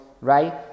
right